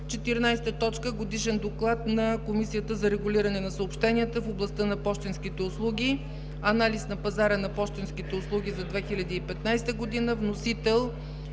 14. Годишен доклад на Комисията за регулиране на съобщенията в областта на пощенските услуги – „Анализ на пазара на пощенските услуги за 2015 г.“ Вносител